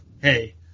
hey